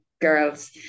girls